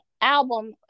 album